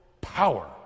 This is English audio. power